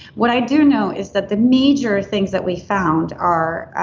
what i do know is that the major things that we found are